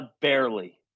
barely